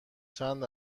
چند